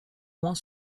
moins